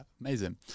amazing